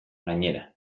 gainera